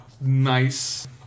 nice